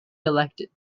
elected